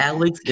Alex